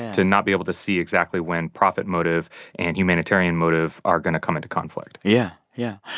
to not be able to see exactly when profit motive and humanitarian motive are going to come into conflict yeah. yeah.